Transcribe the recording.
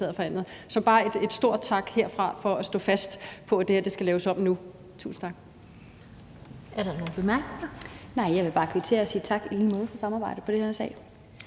Så bare et stor tak herfra for at stå fast på, at det her skal laves om nu. Tusind tak.